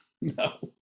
no